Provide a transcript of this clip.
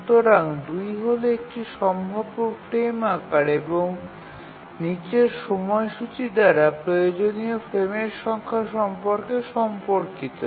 সুতরাং ২ হল একটি সম্ভাব্য ফ্রেম আকার এবং নীচের সময়সূচী দ্বারা প্রয়োজনীয় ফ্রেমের সংখ্যা সম্পর্কে সম্পর্কিত